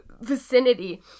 vicinity